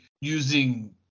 using